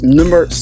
number